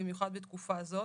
במיוחד בתקופה זאת.